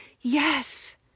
yes